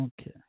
Okay